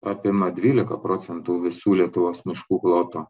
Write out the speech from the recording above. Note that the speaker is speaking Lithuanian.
apima dvylika procentų visų lietuvos miškų ploto